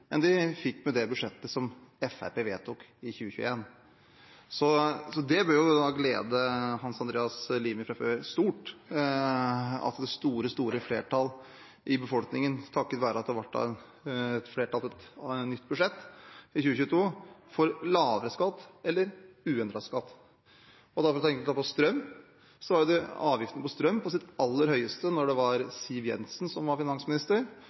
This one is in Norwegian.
enn de fikk med det budsjettet som Fremskrittspartiet var med på å vedta for 2021. Så det bør jo glede Hans Andreas Limi fra Fremskrittspartiet stort at det store, store flertallet i befolkningen, takket være at det ble et nytt flertall og et nytt budsjett for 2022, får lavere eller uendret skatt. Når det gjelder strøm, var avgiften på strøm på sitt aller høyeste da det var Siv Jensen som var finansminister,